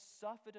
suffered